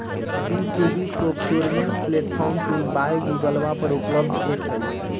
B two B procurement platform tool by गूगलवा पर उपलब्ध ऐप हई